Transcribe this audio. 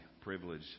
privilege